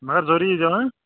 مگر ضروٗری یی زیو ہا